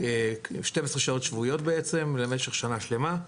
12 שעות שבועיות בעצם, למשך שנה שלמה.